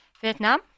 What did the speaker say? Vietnam